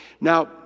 Now